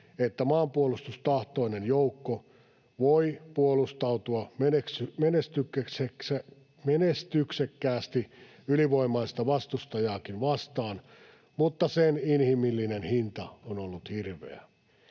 että maanpuolustustahtoinen joukko voi puolustautua menestyksekkäästi ylivoimaista vastustajaakin vastaan, mutta sen inhimillinen hinta on ollut hirveä.